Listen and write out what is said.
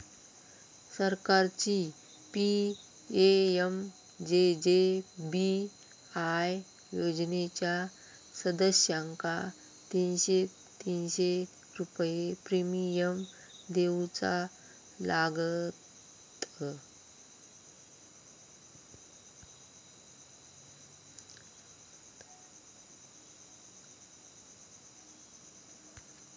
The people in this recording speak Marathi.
सरकारची पी.एम.जे.जे.बी.आय योजनेच्या सदस्यांका तीनशे तीनशे रुपये प्रिमियम देऊचा लागात